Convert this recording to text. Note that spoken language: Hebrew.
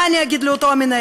מה אני אגיד לאותו מנהל?